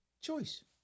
choice